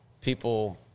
people